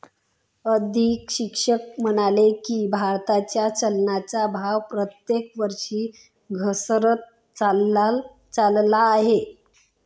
अधीक्षक म्हणाले की, भारताच्या चलनाचा भाव प्रत्येक वर्षी घसरत चालला आहे